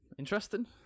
interesting